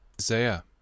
Isaiah